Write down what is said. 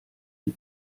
die